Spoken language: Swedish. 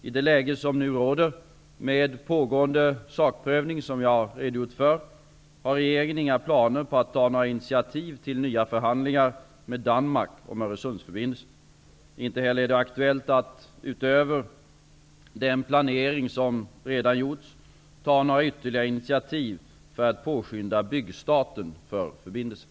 I det läge som nu råder, med pågående sakprövning som jag har redogjort för, har regeringen inga planer på att ta några initiativ till nya förhandlingar med Danmark om Öresundsförbindelsen. Inte heller är det aktuellt att, utöver den planering som redan gjorts, ta några ytterligare initiativ för att påskynda byggstarten för förbindelsen.